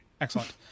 excellent